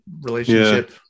relationship